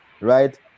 right